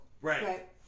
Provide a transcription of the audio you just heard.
Right